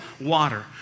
water